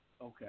Okay